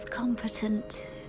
competent